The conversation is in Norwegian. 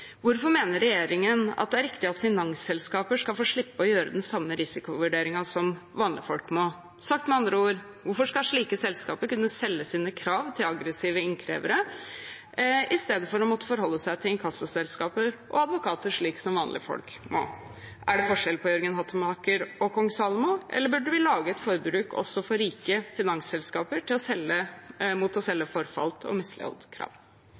Hvorfor mener regjeringen det er riktig at finansselskaper skal få slippe å gjøre den samme risikovurderingen som vanlige folk må? Sagt med andre ord: Hvorfor skal slike selskaper kunne selge sine krav til aggressive innkrevere i stedet for å måtte forholde seg til inkassoselskaper og advokater, slik som vanlige folk må? Er det forskjell på Jørgen Hattemaker og Kong Salomo, eller burde vi lage et forbud også for rike finansselskaper mot å selge forfalte og